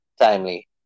Timely